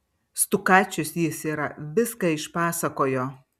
stukačius jis yra viską išpasakojo